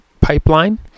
pipeline